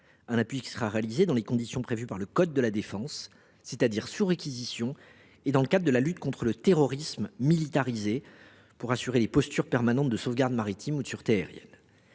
Cet appui sera réalisé dans les conditions prévues par le code de la défense, c’est à dire sur réquisition et dans le cadre de la lutte contre le terrorisme militarisé, pour assurer les postures permanentes de sauvegarde maritime et de sûreté aérienne.